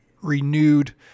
renewed